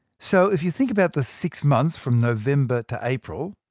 so if you think about the six months from november to april,